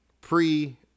pre